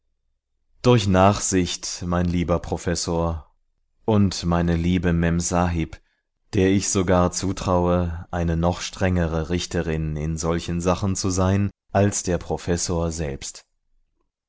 durch nachsicht mein lieber professor und meine liebe memsahib der ich sogar zutraue eine noch strengere richterin in solchen sachen zu sein als der professor selbst